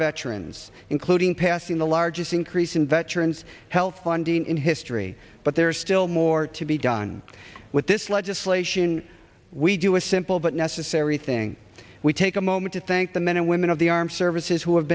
veterans including passing the largest increase in veterans health funding in history but there's still more to be done with this legislation we do a simple but necessary thing we take a moment to thank the men and women of the armed services who have